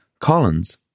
Collins